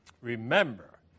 Remember